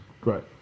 Right